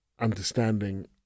understanding